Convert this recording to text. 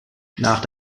nach